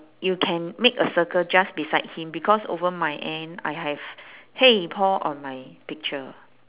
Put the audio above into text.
you can make a circle just beside him because over my end I have !hey! paul on my picture